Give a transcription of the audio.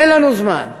אין לנו זמן.